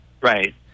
Right